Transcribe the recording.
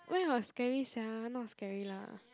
where got scary sia not scary lah